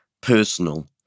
personal